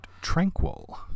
Tranquil